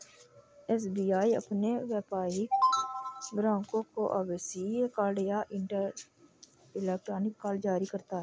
SBI अपने व्यापारिक ग्राहकों को आभासीय कार्ड या इलेक्ट्रॉनिक कार्ड जारी करता है